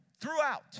throughout